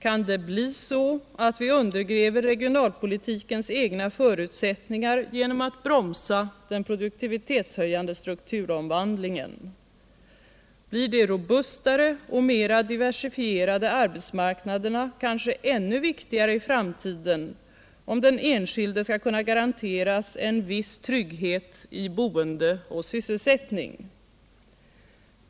Kan det bli så att vi undergräver regionalpolitikens egna förutsättningar genom att bromsa den produktivitetshöjande strukturomvandlingen? Blir de robustare och mera diversifierade arbetsmarknaderna kanske ännu viktigare i framtiden om den enskilde skall kunna garanteras en viss trygghet i boende och sysselsättning?